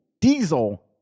diesel